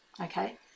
Okay